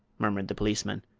murmured the policeman.